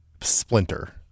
Splinter